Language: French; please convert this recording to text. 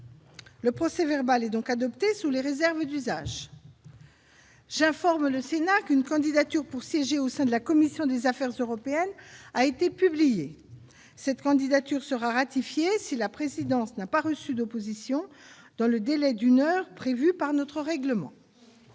Le procès-verbal est adopté sous les réserves d'usage. J'informe le Sénat qu'une candidature pour siéger au sein de la commission des affaires européennes a été publiée. Cette candidature sera ratifiée si la présidence n'a pas reçu d'opposition dans le délai d'une heure prévu par notre règlement.